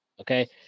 okay